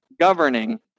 governing